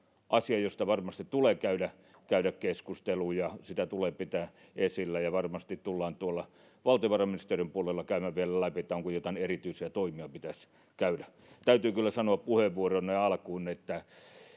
asia josta varmasti tulee käydä käydä keskustelua ja sitä tulee pitää esillä ja varmasti tullaan tuolla valtiovarainministeriön puolella käymään vielä läpi onko jotain erityisiä toimia joita pitäisi käydä täytyy kyllä sanoa puheenvuoronne alusta että